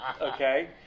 okay